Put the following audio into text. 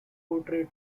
portray